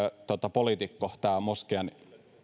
poliitikko tämä moskeijan